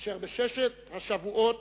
אשר בששת השבועות